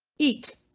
eat.